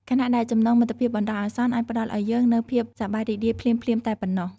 ខណៈដែលចំណងមិត្តភាពបណ្ដោះអាសន្នអាចផ្តល់ឲ្យយើងនូវភាពសប្បាយរីករាយភ្លាមៗតែប៉ុណ្ណោះ។